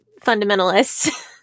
fundamentalists